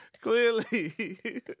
Clearly